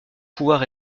pouvoir